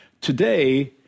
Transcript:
Today